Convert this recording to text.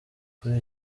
kuri